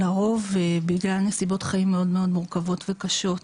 לרוב בגלל נסיבות חיים מאוד מורכבות וקשות,